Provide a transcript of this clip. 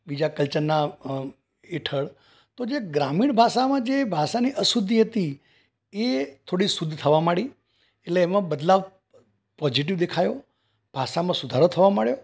બીજા કલ્ચરનાં હેઠળ તો જે ગ્રામીણ ભાષામાં જે ભાષાની અશુદ્ધિ હતી એ થોડી શુદ્ધ થવા માંડી એટલે એમાં બદલાવ પૉઝિટિવ દેખાયો ભાષામાં સુધારો થવા માંડ્યો